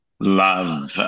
Love